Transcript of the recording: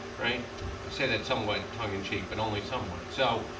right? i say that somewhat tongue-in-cheek but only somewhat. so